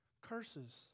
curses